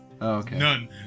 None